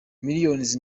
millions